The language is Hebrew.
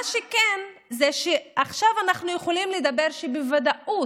מה שכן, עכשיו אנחנו יכולים לומר שבוודאות,